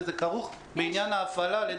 וזה כרוך בעניין ההפעלה על ידי גורמים פרטיים.